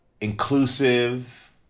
inclusive